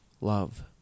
love